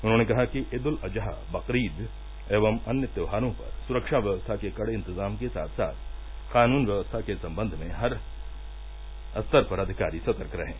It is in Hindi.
उन्होंने कहा कि ईद उल अजहा बकरीद एवं अन्य त्यौहारों पर सुरक्षा व्यवस्था के कड़े इंतजाम के साथ साथ कानून व्यवस्था के सम्बद्ध में अधिकारी हर स्तर पर सतर्क रहें